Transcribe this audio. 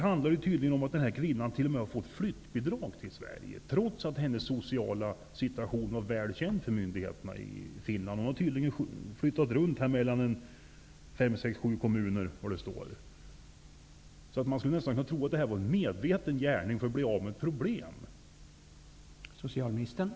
Enligt tidningen har den här kvinnan t.o.m. fått flyttbidrag, trots att hennes sociala situation var väl känd hos myndigheterna i Finland. Hon har tydligen flyttat runt mellan fem--sex--sju kommuner. Man skulle därför nästan kunna tro att det här var en medveten gärning, som de finska myndigheterna genomförde för att bli av med ett problem.